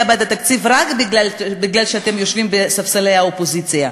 נגד התקציב רק בגלל שאתם יושבים בספסלי האופוזיציה.